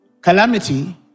calamity